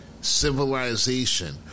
civilization